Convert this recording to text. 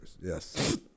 Yes